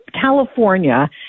california